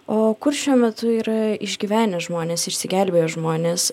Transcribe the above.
o kur šiuo metu yra išgyvenę žmonės išsigelbėję žmonės